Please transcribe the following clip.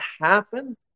happen